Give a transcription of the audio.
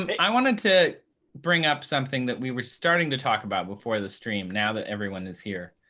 um i wanted to bring up something that we were starting to talk about before the stream now that everyone is here.